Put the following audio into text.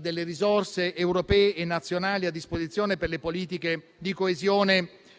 delle risorse europee e nazionali a disposizione per le politiche di coesione